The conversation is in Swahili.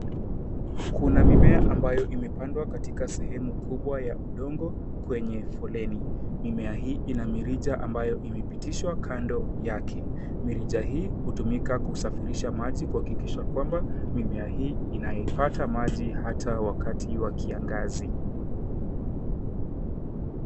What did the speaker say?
Kuna mimea ambayo imepandwa katika sehemu kubwa ya udongo kwenye foleni. Mimea hii ina mirija ambayo imepitishwa kando yake. Mirija hii hutumika kusafirisha maji kuhakikisha kwamba mimea hii inaipata maji hata wakati wa kiangazi.